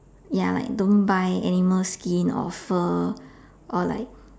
ya like don't buy animal skin or fur or like